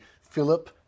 Philip